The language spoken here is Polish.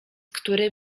który